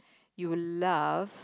you love